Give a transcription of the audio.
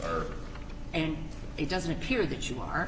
earth and it doesn't appear that you are